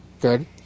Good